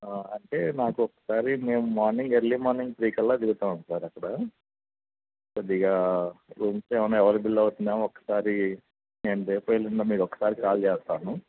అంటే నాకొక్కసారి మేము మార్నింగ్ ఎర్లీ మార్నింగ్ త్రీకల్లా దిగుతాం సార్ అక్కడ కొద్దిగా రూమ్స్ ఏమైనా ఎవైలబుల్ అవుతుందేమో ఒక్కసారి నేను రేపో ఎల్లుండో మీకొక్కసారి కాల్ చేస్తాను